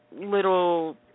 little